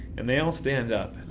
and they all stand up,